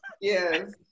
yes